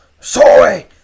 Sorry